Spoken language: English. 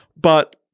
but-